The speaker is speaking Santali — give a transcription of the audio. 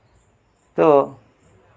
ᱛᱚ